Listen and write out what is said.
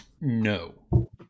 No